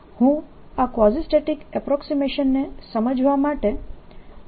હું આ quasistatic approximation ને સમજવા માટે થોડો સમય પસાર કરવા માંગું છું